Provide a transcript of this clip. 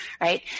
right